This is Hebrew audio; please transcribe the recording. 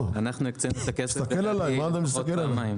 מה אתה מסתכל עלי?